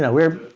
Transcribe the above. ah we're